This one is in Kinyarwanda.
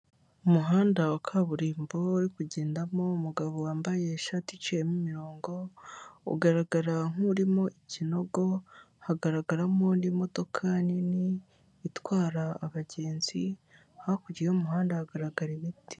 Umuhanda wa kaburimbo uri kugendamo umugabo wambaye ishati iciyemo imirongo, ugaragara nkurimo ikinogo hagaragaramo n'imodoka nini itwara abagenzi, hakurya y'umuhanda hagaragara imiti.